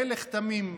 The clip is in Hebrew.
הלך תמים,